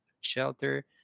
shelter